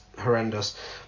horrendous